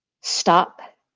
stop